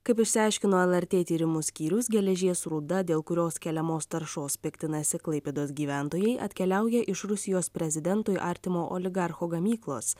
kaip išsiaiškino lrt tyrimų skyrius geležies rūda dėl kurios keliamos taršos piktinasi klaipėdos gyventojai atkeliauja iš rusijos prezidentui artimo oligarcho gamyklos